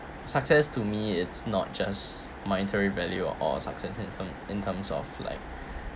success to me it's not just monetary value or or success in term in terms of like